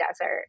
desert